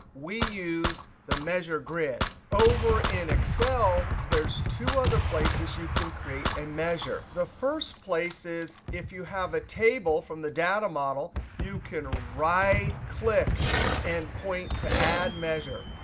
we used the measure grid. over in excel, there's two other places you can create a measure. the first place is if you have a table from the data model, you can right click and point to add measure.